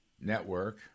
network